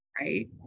right